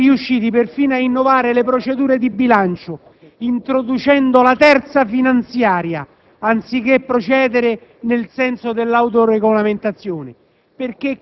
Siete riusciti perfino a innovare le procedure di bilancio, introducendo la terza finanziaria, anziché procedere nel senso dell'autoregolamentazione.